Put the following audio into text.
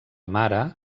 mare